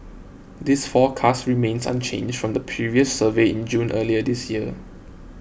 this forecast remains unchanged from the previous survey in June earlier this year